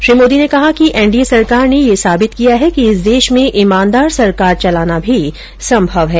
श्री मोदी ने कहा कि एनडीए सरकार ने यह साबित किया है कि इस देश में ईमानदार सरकार चलाना भी संभव है